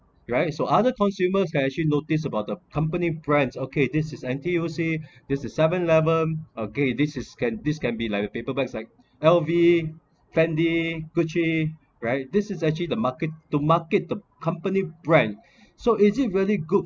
right so other consumers can actually notice about the company brands okay this is n t u c there's a seven eleven okay this is can this can be like a paper bags like lv fendi gucci right this is actually the market to market the company brand so is it very good